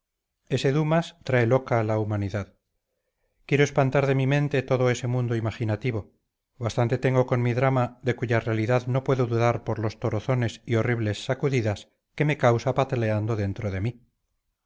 ese dumas trae loca a la humanidad quiero espantar de mi mente todo ese mundo imaginativo bastante tengo con mi drama de cuya realidad no puedo dudar por los torozones y horribles sacudidas que me causa pataleando dentro de mí